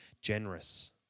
generous